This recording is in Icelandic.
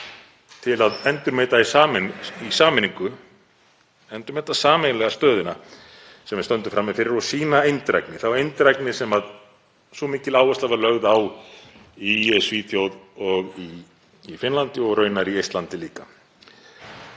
til að endurmeta í sameiningu, endurmeta sameiginlega stöðuna sem við stöndum frammi fyrir og sýna eindrægni, þá eindrægni sem svo mikil áhersla var lögð á í Svíþjóð og í Finnlandi og raunar í Eistlandi líka.